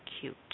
cute